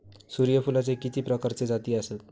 सूर्यफूलाचे किती प्रकारचे जाती आसत?